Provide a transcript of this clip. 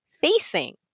facing